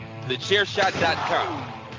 TheChairShot.com